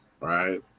right